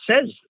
says